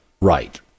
right